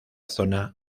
zona